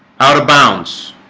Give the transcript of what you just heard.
out-of-bounds